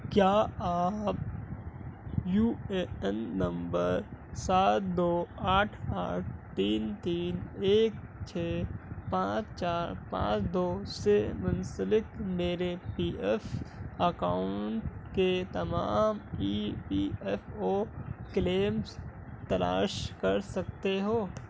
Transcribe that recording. کیا آپ U A N number سات دو آٹھ آٹھ تین تین ایک چھ پانچ چار پانچ دو سے منسلک میرے پی ایف اکاؤنٹ کے تمام E P F O claims تلاش کر سکتے ہو